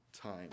time